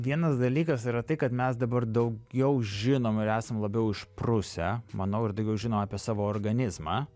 vienas dalykas yra tai kad mes dabar daugiau žinom ir esam labiau išprusę manau ir daugiau žinom apie savo organizmą